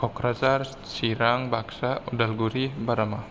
Kokrajhar Chirang Baksa Udalguri Barama